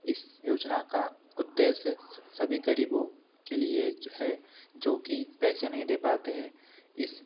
इस योजना का उद्देश्य सभी गरीबों के लिए है जो कि पैसे नहीं दे पाते हैं इस